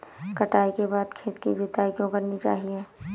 कटाई के बाद खेत की जुताई क्यो करनी चाहिए?